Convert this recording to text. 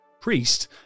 Priest